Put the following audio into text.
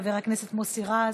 חבר הכנסת מוסי רז,